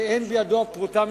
שאין מצויה בידו הפרוטה,